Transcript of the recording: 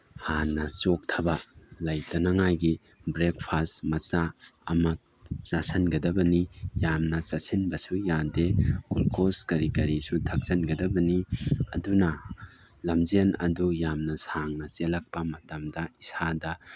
ꯍꯥꯟꯅ ꯆꯣꯛꯊꯕ ꯂꯩꯇꯅꯉꯥꯏꯒꯤ ꯕ꯭ꯔꯦꯛꯐꯥꯁ ꯃꯆꯥ ꯑꯃ ꯆꯥꯁꯤꯟꯒꯗꯕꯅꯤ ꯌꯥꯝꯅ ꯆꯥꯁꯤꯟꯕꯁꯨ ꯌꯥꯗꯦ ꯒ꯭ꯂꯨꯀꯣꯁ ꯀꯔꯤ ꯀꯔꯤꯁꯨ ꯊꯛꯆꯤꯟꯒꯗꯕꯅꯤ ꯑꯗꯨꯅ ꯂꯝꯖꯦꯜ ꯑꯗꯨ ꯌꯥꯝꯅ ꯁꯥꯡꯅ ꯆꯦꯜꯂꯛꯄ ꯃꯇꯝꯗ ꯏꯁꯥꯗ